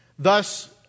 thus